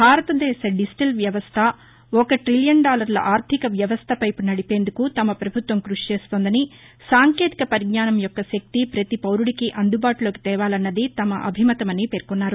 భారతదేశ డిజిటల్ ఆర్ధిక వ్యవస్థను ఒక టిలియన్ డాలర్ల ఆర్ధిక వ్యవస్థవైపు నదిపేందుకు తమ పభుత్వం కృషిచేస్తోందని సాంకేతిక పరిజ్ఞానంయొక్క శక్తి పతి పౌరుడికి అందుబాటులోకి తేవాలన్నది తమ అభిమతమని పేర్కొన్నారు